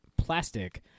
plastic